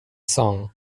song